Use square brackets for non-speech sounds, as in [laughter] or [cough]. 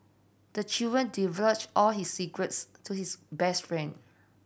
the [unintelligible] divulged all his secrets to his best friend